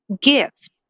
gift